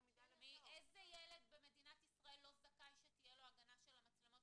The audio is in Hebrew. איזה ילד במדינת ישראל לא זכאי שתהיה לו ההגנה של המצלמות,